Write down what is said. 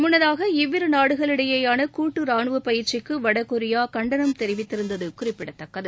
முன்னதாக இவ்விரு நாடுகளிடையேயான கூட்டு ராணுவப் பயிற்சிக்கு வடகொரியா கண்டனம் தெரிவித்திருந்தது குறிப்பிடத்தக்கது